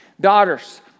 daughters